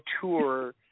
tour